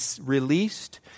released